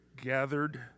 gathered